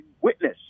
witness